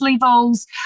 levels